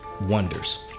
Wonders